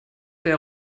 der